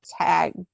tag